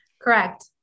Correct